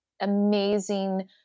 amazing